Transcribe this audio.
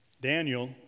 Daniel